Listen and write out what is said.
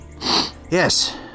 Yes